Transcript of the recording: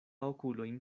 okulojn